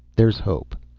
there's hope.